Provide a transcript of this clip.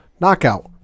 knockout